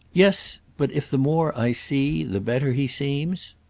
yes, but if the more i see the better he seems?